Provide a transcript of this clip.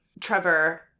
Trevor